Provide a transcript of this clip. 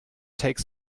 take